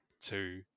two